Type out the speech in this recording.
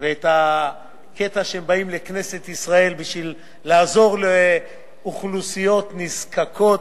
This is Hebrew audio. ובאים לכנסת ישראל כדי לעזור לאוכלוסיות נזקקות.